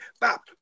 Bop